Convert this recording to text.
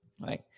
right